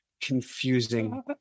confusing